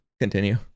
Continue